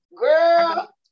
girl